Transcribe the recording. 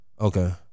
okay